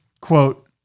quote